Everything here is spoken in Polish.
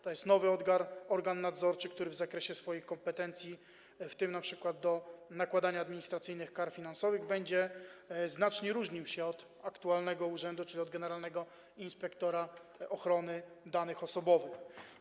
To jest nowy organ nadzorczy, który w zakresie swoich kompetencji, w tym np. do nakładania administracyjnych kar finansowych, będzie znacznie różnił się od aktualnego urzędu, czyli od generalnego inspektora ochrony danych osobowych.